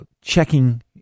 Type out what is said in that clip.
checking